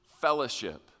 fellowship